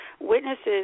witnesses